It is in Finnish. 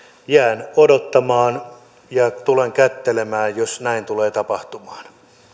jään odottamaan ja tulen kättelemään jos näin tulee tapahtumaan